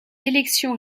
élections